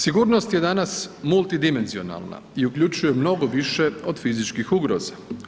Sigurnost je danas multidimenzionalna i uključuje mnogo više od fizičkih ugroza.